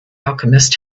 alchemist